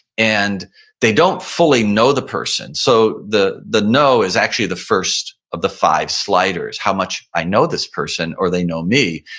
and they don't fully know the person. so the the know is actually the first of the five sliders, how much i know this person or they know me,